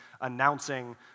announcing